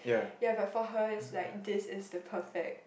ya but for her is like this is the perfect